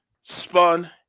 spun